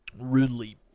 rudely